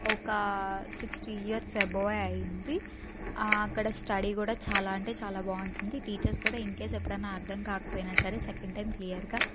ఒక sixty years above అయ్యింది అక్కడ స్టడీ కూడా చాలా అంటే చాలా బాగుంటుంది టీచర్స్ కూడా ఇన్కేస్ ఎప్పుడన్నా అర్థం కాకపోయినా సరే సెకండ్ టైం క్లియర్గా